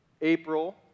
April